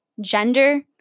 gender